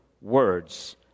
words